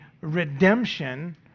redemption